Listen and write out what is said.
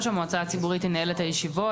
המועצה הציבורית ינהל את הישיבות,